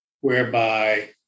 whereby